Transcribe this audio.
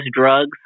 drugs